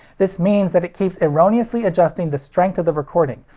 this means that it keeps erroneously adjusting the strength of the recording,